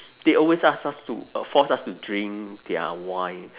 they always ask us to force us to drink their wine